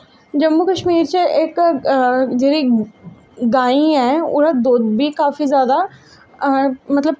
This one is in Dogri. जम्मू कस्मीर च इक जेह्ड़ी गाय ऐ ओह्दा दुद्ध बी काफी जादा मतलब